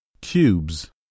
Cubes